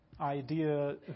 idea